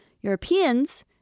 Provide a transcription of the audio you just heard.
Europeans